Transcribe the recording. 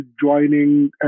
joining